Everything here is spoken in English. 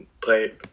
play